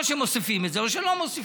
או שמוסיפים את זה או שלא מוסיפים.